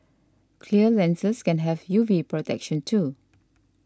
clear lenses can have U V protection too